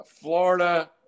Florida